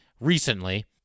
recently